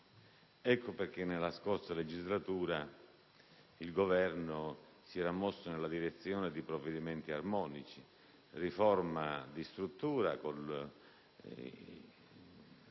Ecco perché nella scorsa legislatura il Governo si era mosso nella direzione di provvedimenti armonici caratterizzati